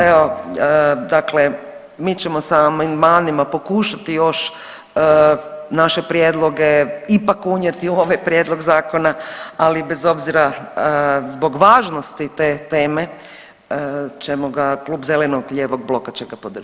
Evo, dakle mi ćemo s amandmanima pokušati još naše prijedloge ipak unijeti u ovaj prijedlog zakona, ali bez obzira zbog važnosti te teme ćemo ga, Klub zeleno-lijevog bloka će ga podržati.